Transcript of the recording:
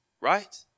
right